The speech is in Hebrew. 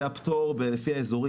זה הפטור לפי האזורים.